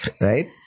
right